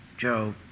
Joe